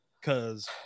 Cause